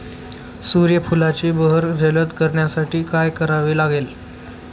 सूर्यफुलाची बहर जलद करण्यासाठी काय करावे लागेल?